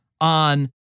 on